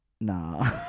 nah